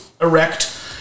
erect